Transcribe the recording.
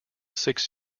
six